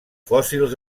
fòssils